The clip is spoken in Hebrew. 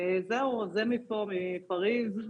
זה מפה, מפריז.